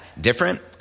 different